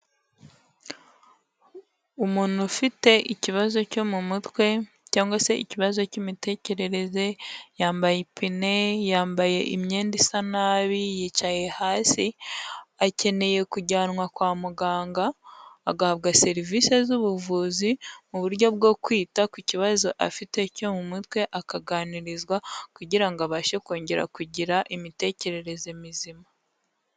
Umuntu ufite ikibazo cyo mu mutwe cyangwa se ikibazo cy'imitekerereze, yambaye ipine, yambaye imyenda isa nabi, yicaye hasi, akeneye kujyanwa kwa muganga, agahabwa serivisi z'ubuvuzi mu buryo bwo kwita ku kibazo afite cyo mu mutwe, akaganirizwa kugira ngo abashe kongera kugira imitekerereze mizima.